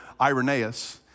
Irenaeus